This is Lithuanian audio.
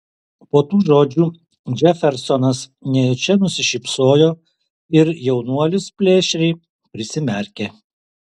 po tų žodžių džefersonas nejučia nusišypsojo ir jaunuolis plėšriai prisimerkė